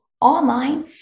online